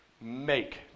make